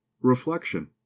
reflection